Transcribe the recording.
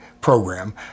program